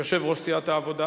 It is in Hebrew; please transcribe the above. יושב-ראש סיעת העבודה.